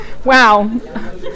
Wow